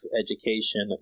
education